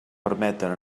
permeten